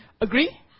Agree